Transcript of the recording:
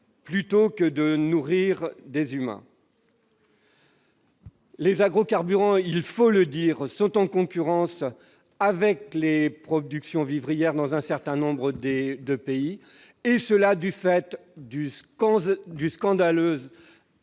plutôt que de nourrir des humains. Les agrocarburants, il faut le dire, sont en concurrence avec les productions vivrières dans un certain nombre de pays, et ce du fait du scandaleux